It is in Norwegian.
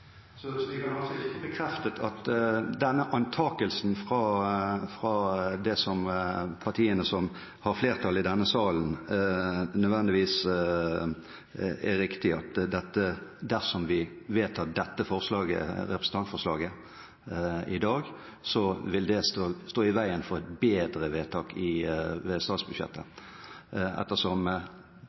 Så vi kan altså ikke få bekreftet at denne antakelsen fra partier som har et flertall i denne salen, nødvendigvis er riktig, at dersom vi vedtar dette representantforslaget i dag, vil det stå i veien for et bedre vedtak i statsbudsjettet?